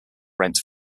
rent